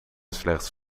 slechts